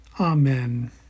Amen